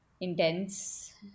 intense